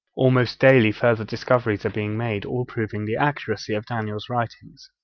almost daily further discoveries are being made, all proving the accuracy of daniel's writings.